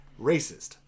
racist